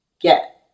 get